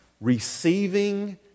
Receiving